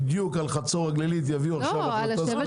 בדיוק על חצור הגלילית יביאו עכשיו החלטה ספציפית?